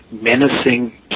menacing